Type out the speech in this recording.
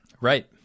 Right